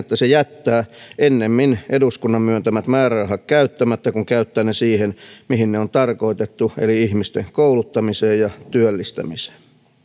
että se jättää ennemmin eduskunnan myöntämät määrärahat käyttämättä kuin käyttää ne siihen mihin ne on tarkoitettu eli ihmisten kouluttamiseen ja työllistämiseen